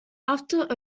after